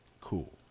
Cool